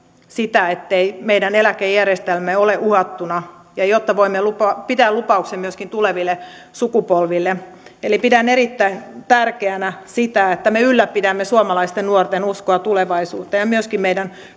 sitä ettei meidän eläkejärjestelmämme ole uhattuna jotta voimme pitää lupauksen myöskin tuleville sukupolville pidän erittäin tärkeänä sitä että me ylläpidämme suomalaisten nuorten uskoa tulevaisuuteen ja myöskin meidän